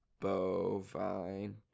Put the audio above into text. bovine